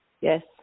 Yes